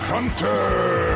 Hunter